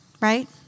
right